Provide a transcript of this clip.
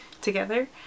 together